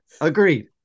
Agreed